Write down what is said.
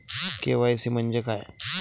KYC म्हंजे काय?